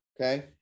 okay